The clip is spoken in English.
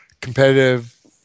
competitive